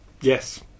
Yes